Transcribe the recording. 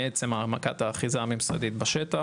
מעצם העמקת האחיזה הממסדית בשטח.